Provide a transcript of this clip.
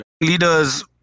leaders